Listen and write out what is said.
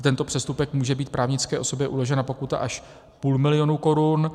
Za tento přestupek může být právnické osobě uložena pokuta až půl milionu korun.